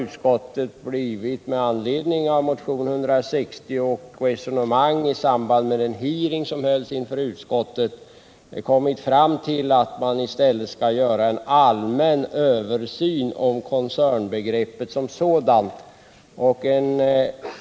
Utskottet har emellertid med anledning av motionen 160 och resonemang i samband med den hearing som hölls inför utskottet kommit fram till att man i stället skall göra en allmän översyn av koncernbegreppet som sådant.